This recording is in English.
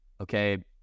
okay